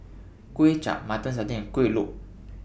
Kway Chap Mutton Satay and Kuih Lopes